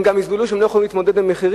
הם גם יסבלו שהם לא יכולים להתמודד במחירים.